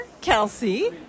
kelsey